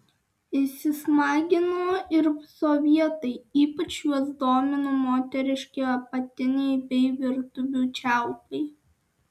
įsismagino ir sovietai ypač juos domino moteriški apatiniai bei virtuvių čiaupai